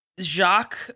Jacques